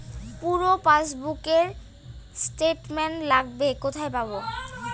পুরো পাসবুকের স্টেটমেন্ট লাগবে কোথায় পাব?